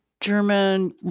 German